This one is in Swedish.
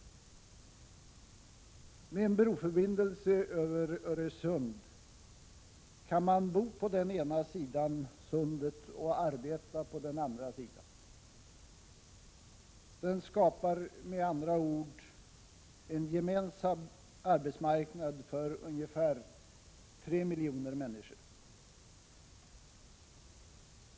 Med en broförbindelse över Öresund kan man bo på den ena sidan sundet och arbeta på den andra. Den skapar med andra ord en gemensam arbetsmarknad för ungefär tre miljoner människor.